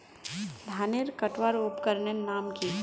धानेर कटवार उपकरनेर नाम की?